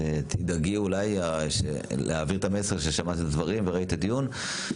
תדאגי להעביר את המסר ששמעת את הדברים וראית את הדיון,